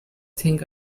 think